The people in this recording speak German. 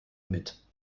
mit